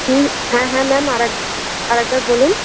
হুম হ্যাঁ হ্যাঁ ম্যাম আরেকবা আরেকবার বলুন